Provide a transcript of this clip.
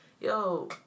yo